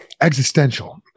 Existential